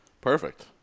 perfect